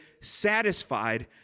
satisfied